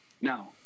No